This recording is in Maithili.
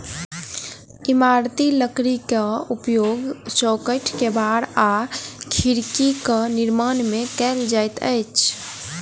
इमारती लकड़ीक उपयोग चौखैट, केबाड़ आ खिड़कीक निर्माण मे कयल जाइत अछि